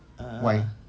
why